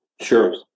Sure